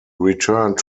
returned